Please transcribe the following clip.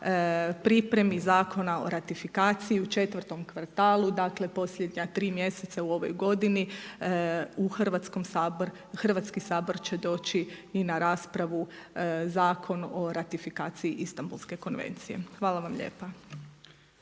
pripremi Zakona o ratifikaciji u četvrtom kvartalu, dakle posljednja tri mjeseca u ovoj godini u Hrvatski sabor će doći i na raspravu Zakon o ratifikaciji Istambulske konvencije. Hvala vam lijepa.